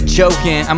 joking